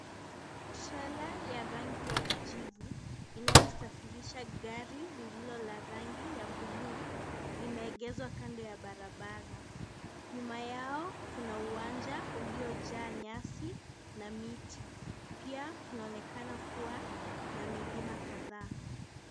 Trela ya rangi ya kijivu inayosafirisha gari lililo ya rangi ya buluu limeegezwa kando ya barabara nyuma yao kuna uwanja uliojaa nyasi na miti pia kunaonekana kuwa kuna milima kadhaa